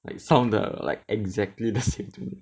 like sound the like exactly the same thing to me